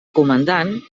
comandant